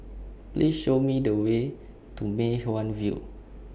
Please Show Me The Way to Mei Hwan View